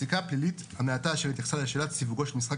"הפסיקה הפלילית המעטה שהתייחסה לשאלת סיווגו של משחק